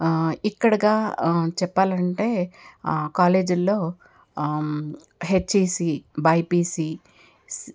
ఇక్కడగా చెప్పాలంటే కాలేజీల్లో HEC BIPC స్